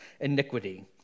iniquity